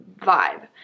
vibe